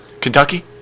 Kentucky